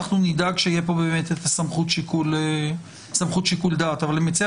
אנחנו נדאג שתהיה כאן סמכות שיקול דעת אבל אני מציע